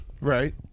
Right